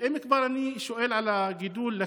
אם כבר אני שואל על הכרה בגידול,